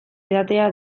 edatea